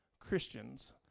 Christians